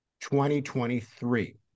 2023